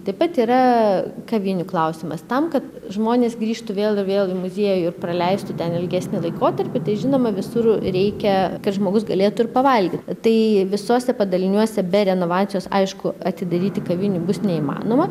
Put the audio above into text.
taip pat yra kavinių klausimas tam kad žmonės grįžtų vėl vėl muziejų ir praleistų ten ilgesnį laikotarpį tai žinoma visur reikia kad žmogus galėtų ir pavalgyt tai visuose padaliniuose be renovacijos aišku atidaryti kavinių bus neįmanoma